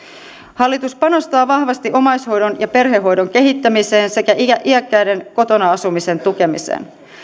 hallitus panostaa vahvasti omaishoidon ja perhehoidon kehittämiseen sekä iäkkäiden kotona asumisen tukemiseen